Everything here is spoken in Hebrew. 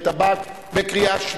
מוצע לקבוע איסור גורף וחד-משמעי על